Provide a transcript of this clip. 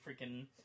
freaking